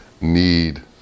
need